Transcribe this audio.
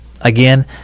again